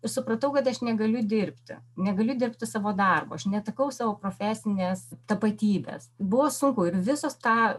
supratau kad aš negaliu dirbti negaliu dirbti savo darbo aš netekau savo profesinės tapatybės buvo sunku ir visos tą